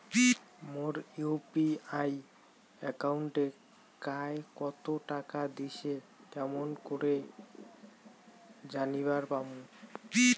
মোর UPI একাউন্টে কায় কতো টাকা দিসে কেমন করে জানিবার পামু?